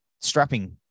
strapping